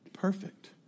perfect